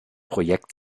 projekt